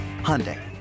Hyundai